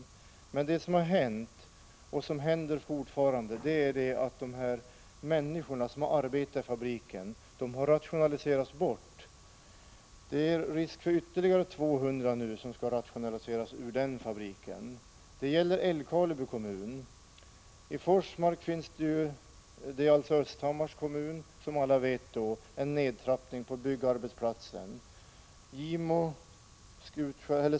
Men det som har hänt och som händer fortfarande är att människorna som har arbetat i fabriken har rationaliserats bort. Det är risk att ytterligare 200 nu skall rationaliseras bort ur den fabriken. Det gäller Älvkarleby kommun. I Forsmark — som hör till Östhammars kommun =— sker som alla vet en nedtrappning på byggarbetsplatsen.